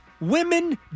women